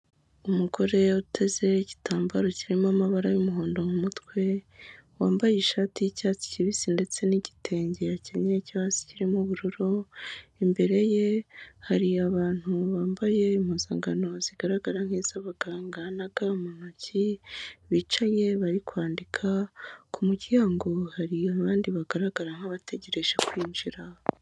Umugore uteze igitambaro kirimo amabara y'umuhondo mu mutwe, wambaye ishati y'icyatsi kibisi ndetse n'igitenge yakenyeye cyo hasi kirimo ubururu, imbere ye hari abantu bambaye impuzankano zigaragara nk'iz'abakaganga na ga mu ntoki bicaye bari kwandika, ku muryango hari abandi bagaragara nk'abategereje kwinjira.